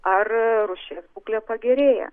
ar rūšies būklė pagerėja